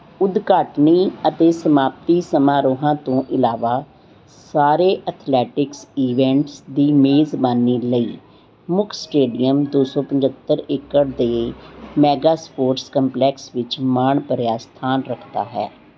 ਉਦਘਾਟਨੀ ਅਤੇ ਸਮਾਪਤੀ ਸਮਾਰੋਹਾਂ ਤੋਂ ਇਲਾਵਾ ਸਾਰੇ ਅਥਲੈਟਿਕਸ ਈਵੈਂਟਸ ਦੀ ਮੇਜ਼ਬਾਨੀ ਲਈ ਮੁੱਖ ਸਟੇਡੀਅਮ ਦੋ ਸੌ ਪੰਝੱਤਰ ਏਕੜ ਦੇ ਮੈਗਾ ਸਪੋਰਟਸ ਕੰਪਲੈਕਸ ਵਿੱਚ ਮਾਣ ਭਰਿਆ ਸਥਾਨ ਰੱਖਦਾ ਹੈ